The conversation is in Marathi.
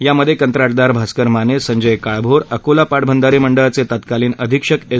यामध्ये कंत्राटदार भास्कर माने संजय काळभोर अकोला पाटबंधारे मंडळाचे तत्कालिन अधीक्षक एस